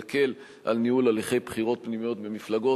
יקל על ניהול הליכי בחירות פנימיות במפלגות